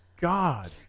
God